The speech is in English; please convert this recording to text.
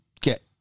get